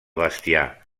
bestiar